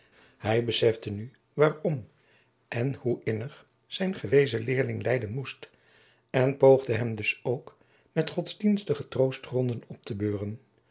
hij besefte nu waarom en hoe innig zijn gewezen leerling lijden moest en poogde hem dus ok met godsdienstige troostgronden op te beuren